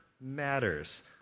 matters